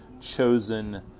chosen